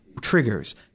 triggers